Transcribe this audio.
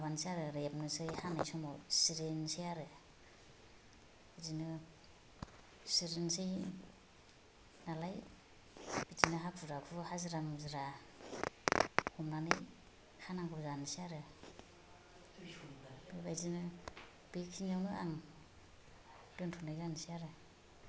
माबानोसै आरो रेबनोसै हानाय समाव सिरिनोसै आरो बिदिनो सिरिनोसै नालाय बिदिनो हाखु दाखुआव हाजिरा मुजिरा हमनानै हानांगौ जानोसै आरो बेबायदिनो बेखिनियावनो आं दोनथ'नाय जानोसै आरो